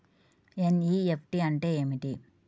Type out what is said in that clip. NEFT అంటే ఏమిటి?